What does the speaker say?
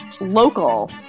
local